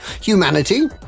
Humanity